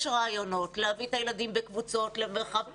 יש רעיונות, להביא את הילדים בקבוצות למרחב פתוח.